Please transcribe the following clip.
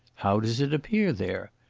how does it appear there?